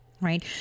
right